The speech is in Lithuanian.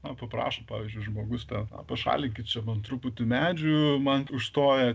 na paprašo pavyzdžiui žmogus ten pašalinkit čia man truputį medžių man užstoja